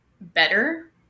better